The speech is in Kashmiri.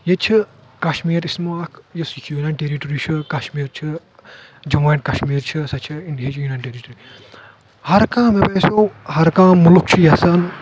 ییٚتہِ چھِ کشمیٖر أسۍ نِمو اکھ یُس یوٗنین ٹریٹری چھِ کشمیٖر چھِ جموں اینڈ کشمیٖر چھِ سۄ چھِ انڈی ہٕچ یوٗنین ٹریٹری ہر کانٛہہ أسۍ نِمو ہر کانٛہہ مُلُک چھُ یژھان